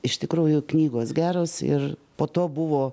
iš tikrųjų knygos geros ir po to buvo